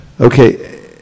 Okay